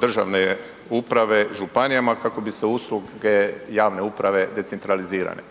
državne uprave županijama kako bi se usluge javne uprave decentralizirale.